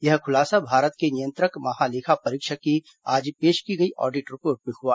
यह खुलासा भारत के नियंत्रक महालेखा परीक्षक की आज पेश की गई ऑडिट रिपोर्ट में हुआ